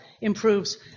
improves